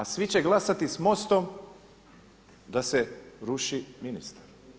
A svi će glasati sa MOST-om da se ruši ministar.